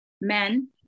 men